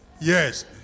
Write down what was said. Yes